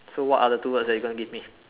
so what are the two words that you're gonna give me